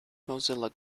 mozilla